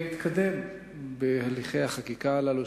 להתקדם בהליכי החקיקה הללו,